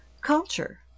Culture